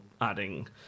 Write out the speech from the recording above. adding